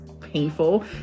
painful